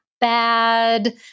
bad